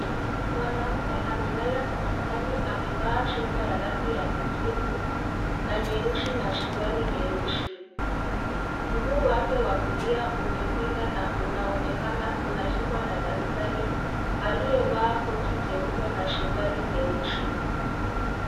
Mwanaume amelala kitandani amevaa sweta ya rangi ya kijivu na nyeusi na suruali nyeusi ,mguu wake wa kulia umepinda na unaonekana una unashikwa na daktari aliyevaa koti jeupe na suruali nyeusi.